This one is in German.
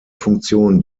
funktion